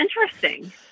interesting